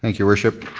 like your worship.